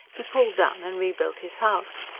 he pulled down and rebuilt his house.